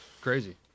Crazy